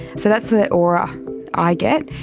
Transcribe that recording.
so that's the aura i get.